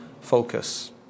focus